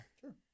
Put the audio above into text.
sure